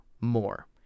more